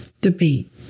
debate